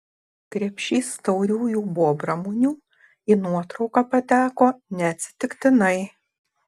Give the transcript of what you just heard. krepšys tauriųjų bobramunių į nuotrauką pateko neatsitiktinai